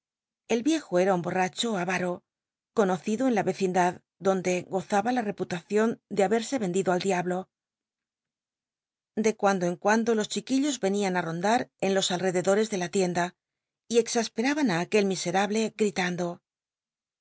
el viejo era un bonacbo avaro conocido en la vecindad donde gozaba la reput acion de haberse endido al diablo de cuando en cuando los chiquillos venían rondar en los alrededores de la tienda y exasperaban á aquel miserable gritando